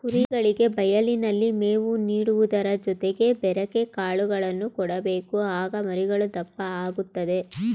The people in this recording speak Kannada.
ಕುರಿಗಳಿಗೆ ಬಯಲಿನಲ್ಲಿ ಮೇವು ನೀಡುವುದರ ಜೊತೆಗೆ ಬೆರೆಕೆ ಕಾಳುಗಳನ್ನು ಕೊಡಬೇಕು ಆಗ ಮರಿಗಳು ದಪ್ಪ ಆಗುತ್ತದೆ